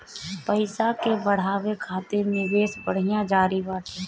पईसा के बढ़ावे खातिर निवेश बढ़िया जरिया बाटे